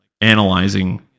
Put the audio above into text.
analyzing